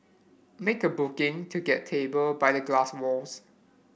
make a booking to get a table by the glass walls